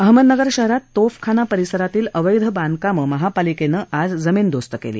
अहमदनगर शहरात तोफ खाना परिसरातील अवैध बांधकामं महापालिकेनं आज जमीनदोस्त केले